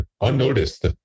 unnoticed